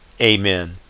Amen